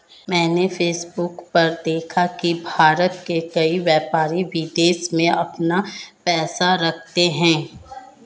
मैंने फेसबुक पर देखा की भारत के कई व्यापारी विदेश में अपना पैसा रखते हैं